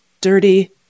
dirty